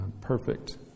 perfect